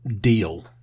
Deal